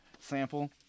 sample